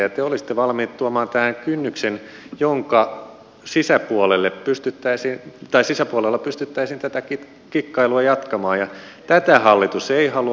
te olisitte valmiit tuomaan tähän kynnyksen jonka sisäpuolella pystyttäisiin tätä kikkailua jatkamaan ja tätä hallitus ei halua